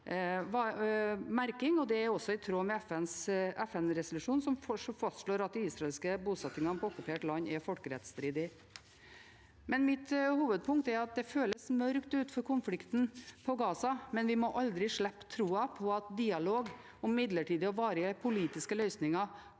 Det er også i tråd med FN-resolusjonen som fastslår at de israelske bosettingene på okkupert land er folkerettsstridige. Mitt hovedpunkt er at det ser mørkt ut med tanke på konflikten i Gaza, men vi må aldri slippe troa på at dialog og midlertidige og varige politiske løsninger